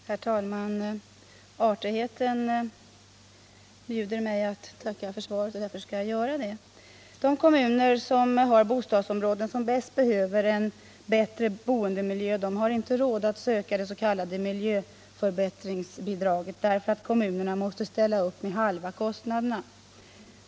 Herr talman! Artigheten bjuder mig att tacka för svaret, och därför skall jag göra det. De kommuner som har bostadsområden som bäst behöver en boendemiljö har inte råd att söka det s.k. miljöförbättringsbidraget, därför att kommunerna måste betala hälften av kostnaderna.